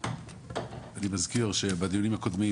אני מזכיר שבדיונים הקודמים